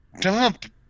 dump